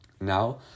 Now